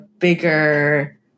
bigger